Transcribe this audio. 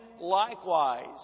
likewise